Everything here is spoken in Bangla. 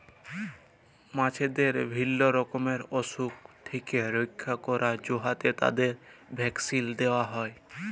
মাছদের বিভিল্য রকমের অসুখ থেক্যে রক্ষা ক্যরার জন্হে তাদের ভ্যাকসিল দেয়া হ্যয়ে